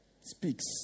Speaks